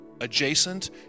adjacent